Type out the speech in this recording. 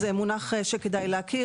וזה מונח שכדאי להכיר,